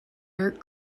numeric